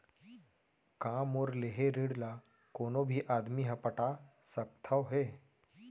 का मोर लेहे ऋण ला कोनो भी आदमी ह पटा सकथव हे?